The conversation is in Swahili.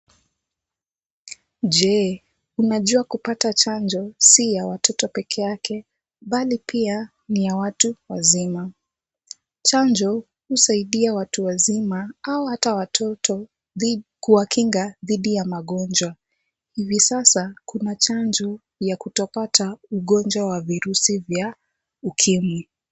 Je, unajua kupata chanjo si ya watoto peke yake bali pia ni ya watu wazima? Chanjo husaidia watu wazima au hata watoto kuwakinga dhidi ya magonjwa. Hivi sasa kuna chanjo ya kutopata ugonjwa wa virusi vya ukimwi.